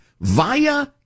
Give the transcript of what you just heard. via